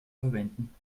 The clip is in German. verwenden